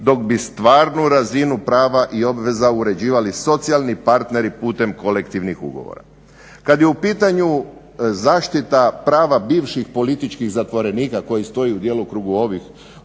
dok bi stvarnu razinu prava i obveza uređivali socijalni partneri putem kolektivnih ugovora. Kada je u pitanju zaštita prava bivših političkih zatvorenika koji stoji u djelokrugu ovog Odbora